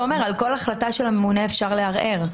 תומר, על כל החלטה של הממונה אפשר לערער.